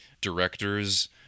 directors